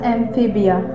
Amphibia